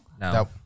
No